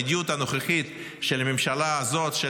המדיניות הנוכחית של הממשלה הזאת של,